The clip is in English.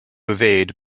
evade